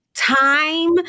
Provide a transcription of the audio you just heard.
Time